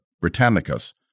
Britannicus